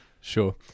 Sure